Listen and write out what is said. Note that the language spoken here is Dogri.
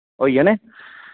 होई जाने